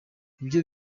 ibyo